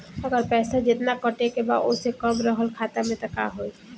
अगर पैसा जेतना कटे के बा ओसे कम रहल खाता मे त का होई?